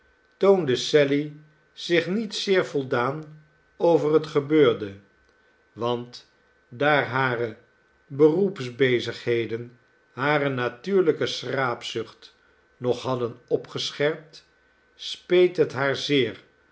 toonde sally zich niet zeer voldaan over het gebeurde want daar hare beroepsbezigheden hare natuurlijke schraapzucht nog hadden opgescherpt speet het haar zeer